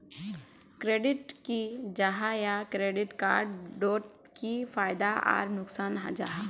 Credit की जाहा या क्रेडिट कार्ड डोट की फायदा आर नुकसान जाहा?